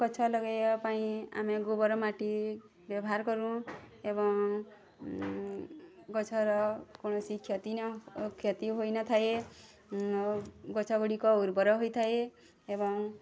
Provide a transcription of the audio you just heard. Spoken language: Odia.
ଗଛ ଲଗେଇବା ପାଇଁ ଆମେ ଗୋବର ମାଟି ବ୍ୟବହାର କରୁ ଏବଂ ଗଛର କୌଣସି କ୍ଷତି ନ କ୍ଷତି ହୋଇନଥାଏ ଓ ଗଛ ଗୁଡ଼ିକ ଉର୍ବର ହୋଇଥାଏ ଏବଂ